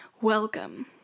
welcome